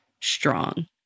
strong